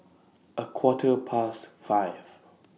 A Quarter Past five